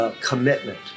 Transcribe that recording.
commitment